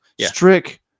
Strick